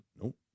Nope